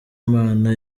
imana